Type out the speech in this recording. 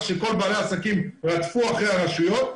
שכל בעלי העסקים רדפו אחרי הרשויות,